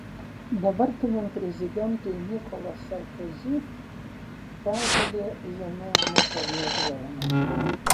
dabartiniam prezidentui nicolas sarkozy pergalė jame neprognozuojama